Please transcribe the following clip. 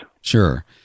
Sure